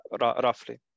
roughly